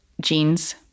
jeans